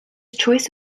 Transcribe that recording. choice